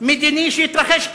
מדיני שיתרחש כאן,